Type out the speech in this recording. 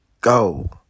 go